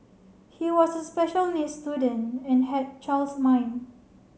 he was a special needs student and had child's mind